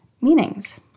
meanings